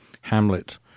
Hamlet